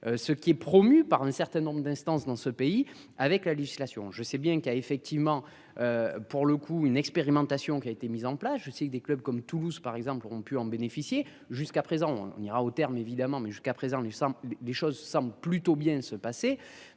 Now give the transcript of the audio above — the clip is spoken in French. ce qui est promue par un certain nombre d'instances dans ce pays avec la législation. Je sais bien qu'il y a effectivement. Pour le coup une expérimentation qui a été mis en place, je sais que des clubs comme Toulouse par exemple auront pu en bénéficier jusqu'à présent on ira au terme évidemment, mais jusqu'à présent du sang des choses semble plutôt bien se passer.